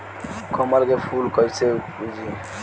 कमल के फूल कईसे उपजी?